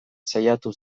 saiatzen